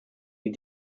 die